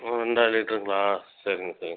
ஒன்றை லிட்ருங்களா சரிங்க சரிங்க